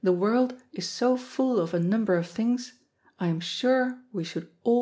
he world is so full of